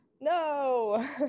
no